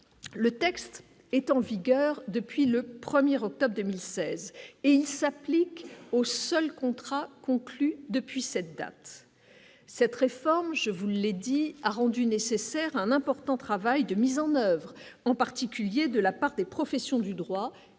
le texte est en vigueur depuis le 1er octobre 2016 et il s'applique aux seuls contrats conclus depuis cette date, cette réforme, je vous l'ai dit a rendu nécessaire un important travail de mise en oeuvre, en particulier de la part des professions du droit